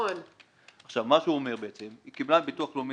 מה שהוא אומר היא קיבלה מהביטוח הלאומי